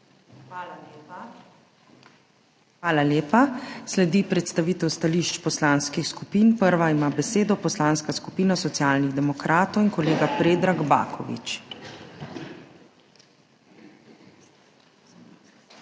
ZUPANČIČ:** Hvala lepa. Sledi predstavitev stališč poslanskih skupin. Prva ima besedo Poslanska skupina Socialnih demokratov in kolega Predrag Baković. **PREDRAG